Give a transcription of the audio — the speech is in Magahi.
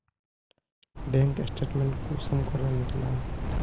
बैंक स्टेटमेंट कुंसम करे निकलाम?